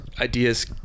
ideas